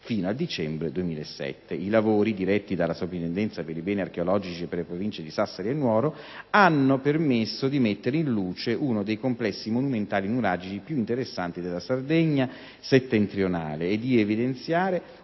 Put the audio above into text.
fino al dicembre 2007. I lavori, diretti dalla Soprintendenza per i beni archeologici per le Province di Sassari e Nuoro, hanno permesso di mettere in luce uno dei complessi monumentali nuragici più interessanti della Sardegna settentrionale e di evidenziare